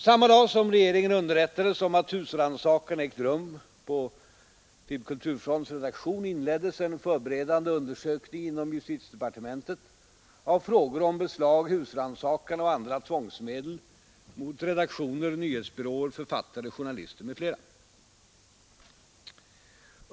Samma dag som regeringen underrättades om att husrannsakan ägt rum på FiB/Kulturfronts redaktion inleddes en förberedande undersökning inom justitiedepartementet av frågor om beslag, husrannsakan och andra tvångsmedel mot redaktioner, nyhetsbyråer, författare, journalister m.fl.